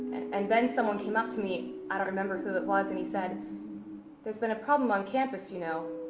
and then someone came up to me, i don't remember who it was, and he said there's been a problem on campus you know.